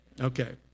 Okay